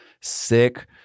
sick